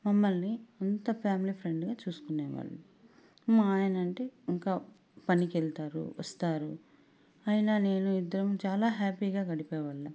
మమ్మల్ని అంత ఫ్యామిలీ ఫ్రెండ్గా చూసుకునేవాళ్ళు మా ఆయన అంటే ఇంకా పనికెళ్తారు వస్తారు ఆయన నేను ఇద్దరం చాలా హ్యాపీగా గడిపేవాళ్ళం